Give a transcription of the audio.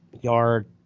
yard